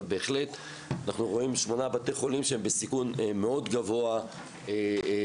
אבל בהחלט אנחנו רואים שמונה בתי חולים שהם בסיכון מאוד גבוה להיפגע,